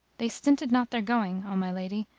they stinted not their going, o my lady,